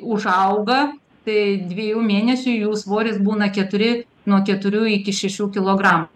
užauga tai dviejų mėnesių jų svoris būna keturi nuo keturių iki šešių kilogram